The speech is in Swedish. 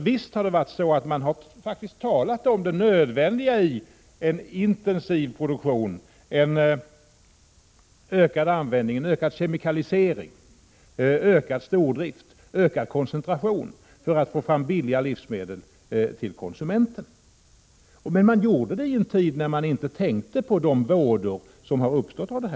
Visst har socialdemokraterna talat om det nödvändiga i en intensiv produktion, en ökad användning av kemikalier, ökad stordrift och ökad koncentration för att få fram billiga livsmedel till konsumenterna. Man gjorde det i en tid då man inte tänkte på de vådor som har uppstått genom detta.